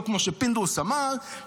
לא כמו שפינדרוס אמר,